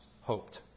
hoped